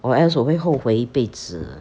or else 我会后悔一辈子